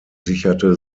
sicherte